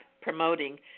promoting